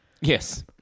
Yes